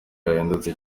yahindutse